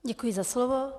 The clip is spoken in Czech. Děkuji za slovo.